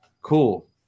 Cool